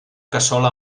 cassola